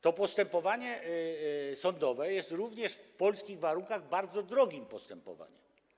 To postępowanie sądowe jest również w polskich warunkach bardzo drogim postępowaniem.